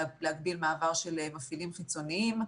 להגביל מעבר של מפעילים חיצוניים.